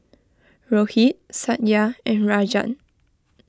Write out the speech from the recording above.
Rohit Satya and Rajan